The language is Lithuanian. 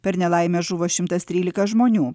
per nelaimę žuvo šimtas trylika žmonių